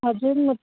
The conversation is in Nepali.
हजुर म